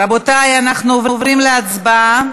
רבותי, אנחנו עוברים להצבעה.